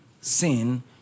sin